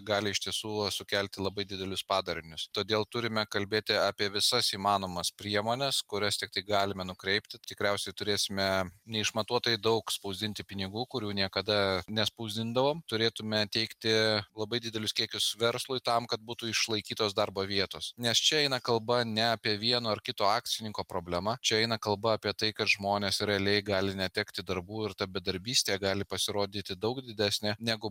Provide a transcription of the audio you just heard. gali iš tiesų sukelti labai didelius padarinius todėl turime kalbėti apie visas įmanomas priemones kurias tiktai galime nukreipti tikriausiai turėsime neišmatuotai daug spausdinti pinigų kurių niekada nespausdindavom turėtume teikti labai didelius kiekius verslui tam kad būtų išlaikytos darbo vietos nes čia eina kalba ne apie vieno ar kito akcininko problemą čia eina kalba apie tai kad žmonės realiai gali netekti darbų ir ta bedarbystė gali pasirodyti daug didesnė negu